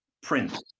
print